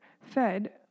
fed